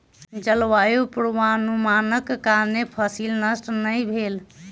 जलवायु पूर्वानुमानक कारणेँ फसिल नष्ट नै भेल